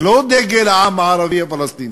זה לא דגל העם הערבי הפלסטיני.